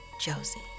Josie